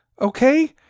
Okay